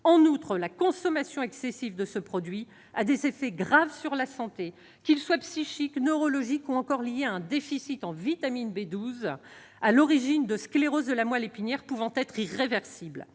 En outre, la consommation excessive de ce produit a des effets graves sur la santé, qu'ils soient psychiques, neurologiques ou encore liés à un déficit en vitamine B12, à l'origine d'une sclérose de la moelle épinière pouvant être irréversible.